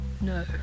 No